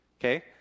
okay